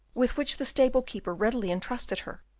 with which the stable-keeper readily intrusted her,